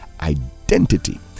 identity